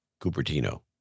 Cupertino